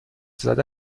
زده